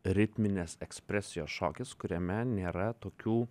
ritminės ekspresijos šokis kuriame nėra tokių